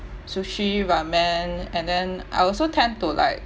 sushi ramen and then I also tend to like